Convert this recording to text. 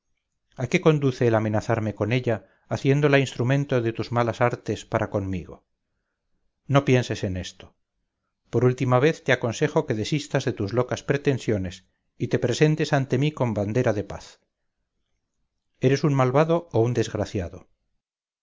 a qué conduce el amenazarme con ella haciéndola instrumento de tus malas artes para conmigo no pienses en esto por última vez te aconsejo que desistas de tus locas pretensiones y te presentes ante mí con bandera de paz eres un malvado o un desgraciado